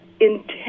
intense